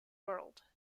world